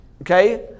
Okay